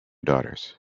daughters